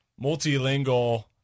multilingual